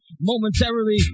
momentarily